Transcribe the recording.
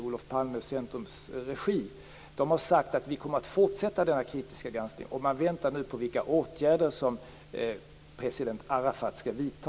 Olof Palmes centrums regi har sagt att denna kritiska granskning kommer att fortsätta. Man väntar nu på de åtgärder som president Arafat skall vidta.